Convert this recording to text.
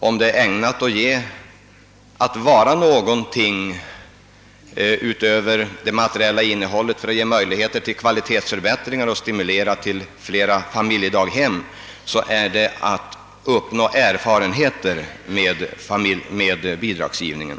Om det är ägnat att ge någonting utöver det materiella innehållet — att skapa möjligheter till kvalitetsförbättringar och stimulera till flera familjedaghem — är det att ge erfarenheter av bidragsgivningen.